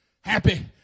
happy